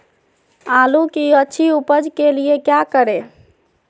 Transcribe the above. आलू की अच्छी उपज के लिए क्या करें?